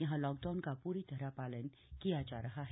यहां लॉकडाउन का पूरी तरह पालन किया जा रहा है